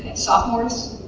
and sophomores